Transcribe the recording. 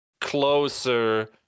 closer